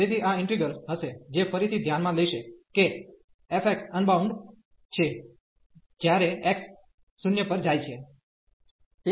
તેથી આ ઈન્ટિગ્રલ હશે જે ફરીથી ધ્યાનમાં લેશે કે f x અનબાઉન્ડ છે જ્યારે x 0 પર જાય છે